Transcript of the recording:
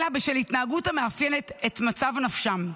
אלא בשל התנהגות המאפיינת את מצב נפשם.